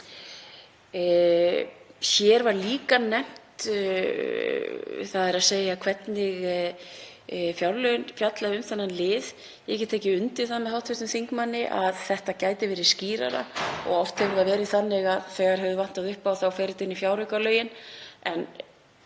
Hér var líka nefnt hvernig fjárlögin fjalla um þennan lið. Ég get tekið undir það með hv. þingmanni að þetta gæti verið skýrara. Oft hefur það verið þannig að þegar hefur vantað upp á þá fer þetta inn í fjáraukalögin